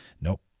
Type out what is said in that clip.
Nope